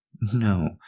No